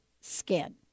skin